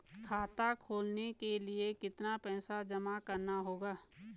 खाता खोलने के लिये कितना पैसा जमा करना होगा?